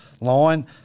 line